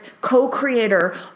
co-creator